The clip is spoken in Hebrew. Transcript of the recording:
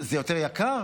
זה יותר יקר?